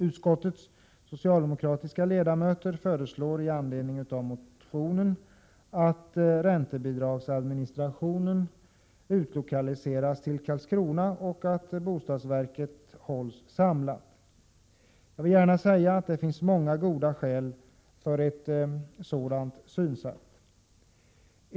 Utskottets socialdemokratiska ledamöter föreslår med anledning av motionen att räntebidragsadministrationen utlokaliseras till Karlskrona och att planoch bostadsverket i sin helhet alltså utlokaliseras till Karlskrona. Jag vill gärna säga att det finns många goda skäl för ett sådant synsätt.